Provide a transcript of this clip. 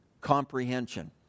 comprehension